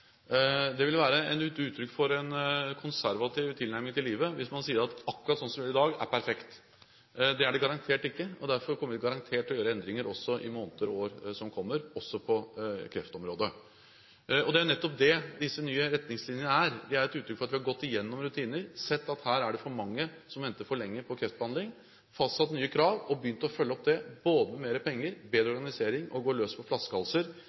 Det ville være et uttrykk for en konservativ tilnærming til livet hvis man sier at akkurat sånn vi gjør det i dag, er perfekt. Det er det garantert ikke, og derfor kommer vi garantert til å gjøre endringer også i måneder og år som kommer, også på kreftområdet. Det er nettopp det disse nye retningslinjene er – de er et uttrykk for at vi har gått gjennom rutiner og har sett at her er det for mange som venter for lenge på kreftbehandling, vi har fastsatt nye krav og begynt å følge opp det, med både mer penger, bedre organisering og ved å gå løs på